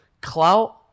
Clout